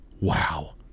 Wow